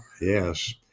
Yes